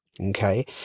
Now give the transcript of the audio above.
Okay